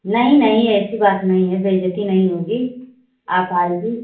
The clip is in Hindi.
नहीं नहीं ऐसी बात नहीं है बेइज्ज़ती नहीं होगी आप आइए